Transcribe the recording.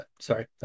Sorry